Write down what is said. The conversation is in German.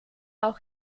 auch